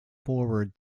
forward